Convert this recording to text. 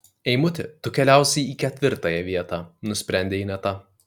eimuti tu keliausi į ketvirtąją vietą nusprendė ineta